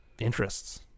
interests